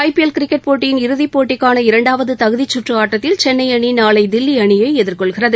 ஐ P L cricket போட்டியின் இறுதிப் போட்டிக்கான இரண்டாவது தகுதிச் சுற்று ஆட்டத்தில் சென்னை அணி நாளை தில்லி அணியை எதிர்கொள்கிறது